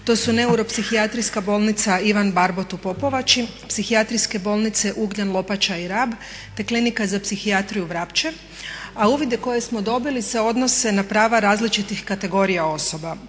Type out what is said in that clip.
To su Neuro-psihijatrijska bolnica Ivan Barbot u Popovači, Psihijatrijske bolnice Ugljan, Lopača i Rab, te Klinika za psihijatriju Vrapče, a uvide koje smo dobili se odnose na prava različitih kategorija osoba.